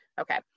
Okay